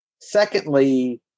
Secondly